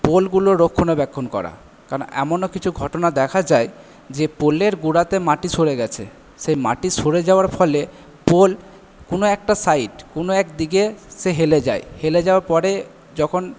পোলগুলো রক্ষণাবেক্ষণ করা কারণ এমনো কিছু ঘটনা দেখা যায় যে পোলের গোড়াতে মাটি সরে গেছে সে মাটি সরে যাওয়ার ফলে পোল কোনো একটা সাইড কোনো একদিকে সে হেলে যায় হেলে যাওয়ার পরে যখন